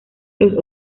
los